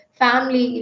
family